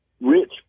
rich